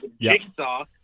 Jigsaw